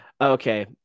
Okay